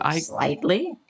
Slightly